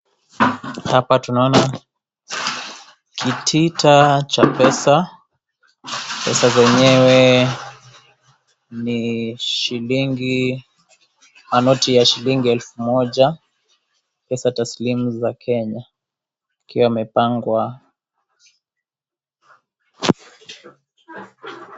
Hapa tunaona kitita cha pesa, pesa zenyewe ni shilingi noti ya shilingi elfu moja pesa taslimu za Kenya ikiwa imepangwa.